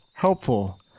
Helpful